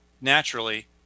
naturally